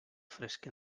fresca